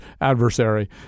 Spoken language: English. adversary